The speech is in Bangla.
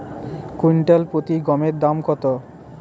কুইন্টাল প্রতি গমের দাম কত?